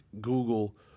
Google